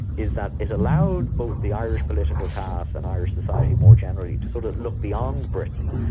is that it allowed both the irish political caste and irish society more generally, to sort of look beyond britain,